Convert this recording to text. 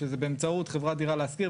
שזה באמצעות חברת דירה להשכיר,